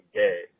gay